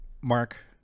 Mark